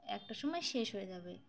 একটা সময় শেষ হয়ে যাবে